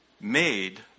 made